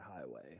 highway